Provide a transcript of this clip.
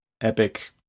Epic